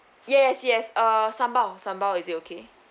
yes yes uh sambal sambal is it okay